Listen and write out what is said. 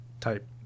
type